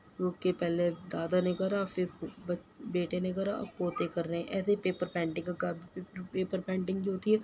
کیونکہ پہلے دادا نے کرا پھر بچ بیٹے نے کرا اب پوتے کر رہے ہیں ایسے ہی پیپر پینٹگ کا کام پیپر پینٹگ جو ہوتی ہے